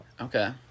Okay